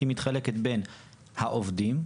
מתחלקת בין העובדים,